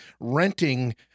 renting